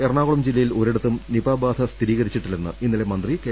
എറണാകുളം ജില്ലയിൽ ഒരിടത്തും നിപാബാധ സ്ഥിരീകരിച്ചിട്ടില്ലെന്ന് ഇന്നലെ മന്ത്രി കെ